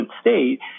state